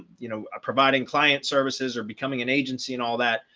you know, providing client services or becoming an agency and all that.